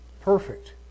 perfect